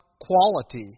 quality